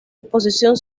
exposición